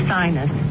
Sinus